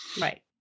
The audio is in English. Right